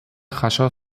jaso